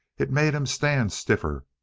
it made him stand stiffer.